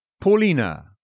Paulina